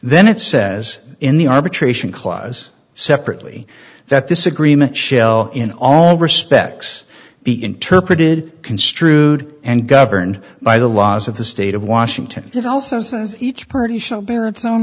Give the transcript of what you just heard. then it says in the arbitration clause separately that this agreement shell in all respects be interpreted construed and governed by the laws of the state of washington it also says each party shall bear it